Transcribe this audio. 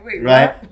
right